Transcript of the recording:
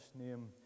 name